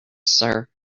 sar